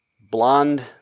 blonde